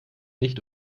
nicht